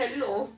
hello